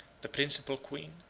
the principal queen,